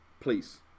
Please